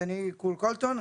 אני קול קולטון,